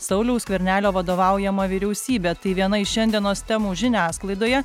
sauliaus skvernelio vadovaujama vyriausybė tai viena iš šiandienos temų žiniasklaidoje